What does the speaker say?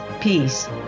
peace